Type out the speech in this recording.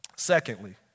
Secondly